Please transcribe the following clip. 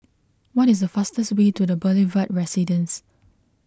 what is the fastest way to the Boulevard Residence